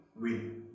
win